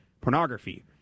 pornography